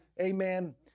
amen